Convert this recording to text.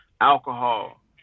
alcohol